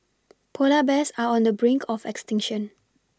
polar bears are on the brink of extinction